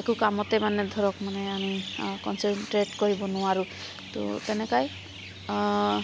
একো কামতে মানে ধৰক আমি কনচেনট্ৰেট কৰিব নোৱাৰোঁ তহ তেনেকুৱাই